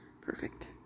Perfect